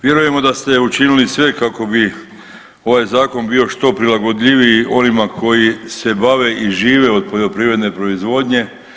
Vjerujemo da ste učinili sve kako bi ovaj zakon bio što prilagodljiviji onima koji se bave i žive od poljoprivredne proizvodnje.